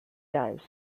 times